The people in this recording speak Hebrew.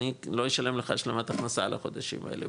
אני לא אשלם לך השלמת הכנסה על החודשים האלה,